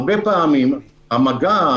הרבה פעמים המגע,